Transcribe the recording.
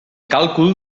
càlcul